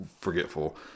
forgetful